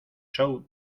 show